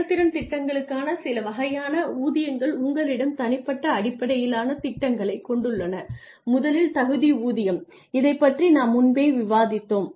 செயல்திறன் திட்டங்களுக்கான சில வகையான ஊதியங்கள் உங்களிடம் தனிப்பட்ட அடிப்படையிலான திட்டங்களைக் கொண்டுள்ளன முதலில் தகுதி ஊதியம் இதைப் பற்றி நாம் முன்பே விவாதித்தோம்